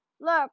Look